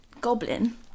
goblin